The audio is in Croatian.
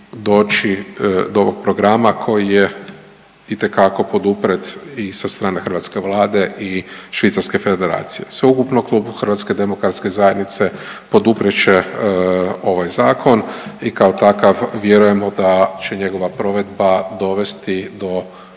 doći do ovog programa koji je itekako poduprijet i sa strane hrvatske Vlade i Švicarske federacije. Sveukupno klub HDZ-a poduprijet će ovaj zakon i kao takav vjerujemo da će njegova provedba dovesti do